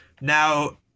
Now